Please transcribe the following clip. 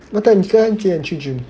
那等下你几点去 gym